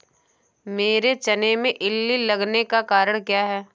मेरे चने में इल्ली लगने का कारण क्या है?